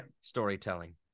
storytelling